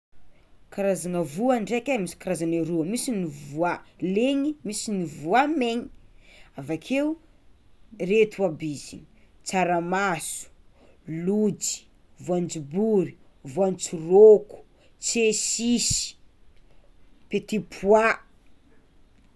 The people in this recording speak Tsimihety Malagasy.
Karazagna voa ndraiky e misy karazany aroa: misy voa legny, misy ny voa megny, avakeo reto aby izy: tsaramaso, lojy, voanjobory, voantsirôko, tsiasisa, petit poa.